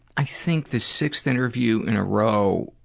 i think, the sixth interview in a row,